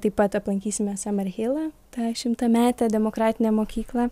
taip pat aplankysime samerhilą tą šimtametę demokratinę mokyklą